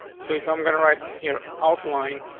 so if i'm gonna right here, outline,